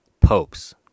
popes